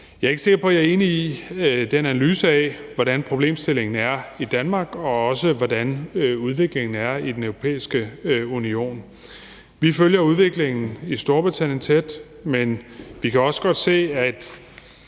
Jeg er ikke sikker på, at jeg er enig i analysen af, hvordan problemstillingen er i Danmark, eller hvordan udviklingen er i Den Europæiske Union. Vi følger udviklingen i Storbritannien tæt, men vores fokus er